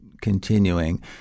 continuing